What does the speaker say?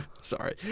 Sorry